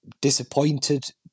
disappointed